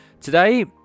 today